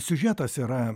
siužetas yra